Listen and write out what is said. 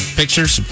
pictures